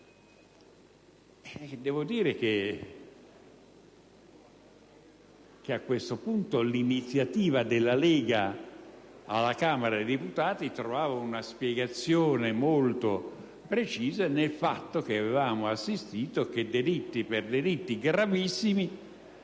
Devo dire che a questo punto l'iniziativa della Lega alla Camera dei deputati trovava una spiegazione molto precisa nel fatto che, per delitti gravissimi,